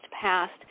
passed